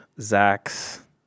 Zach's